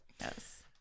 Yes